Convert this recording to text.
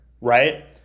right